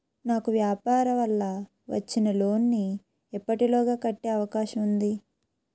నాకు వ్యాపార వల్ల వచ్చిన లోన్ నీ ఎప్పటిలోగా కట్టే అవకాశం ఉంది?